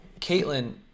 Caitlin